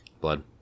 Blood